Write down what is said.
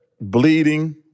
bleeding